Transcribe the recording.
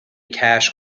cash